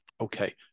Okay